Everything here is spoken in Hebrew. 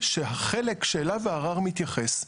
שהחלק שאליו הערר מתייחס,